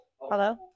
Hello